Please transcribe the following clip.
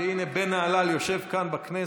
והינה בן נהלל יושב כאן בכנסת.